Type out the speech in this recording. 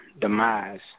Demise